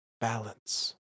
balance